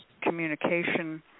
communication